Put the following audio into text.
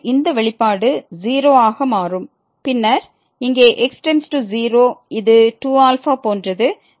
எனவே இந்த வெளிப்பாடு 0 ஆக மாறும் பின்னர் இங்கே x→0 இது 2α போன்றது பின்னர் −β